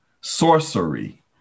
sorcery